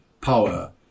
power